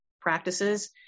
practices